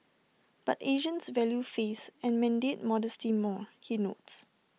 but Asians value face and mandate modesty more he notes